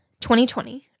2020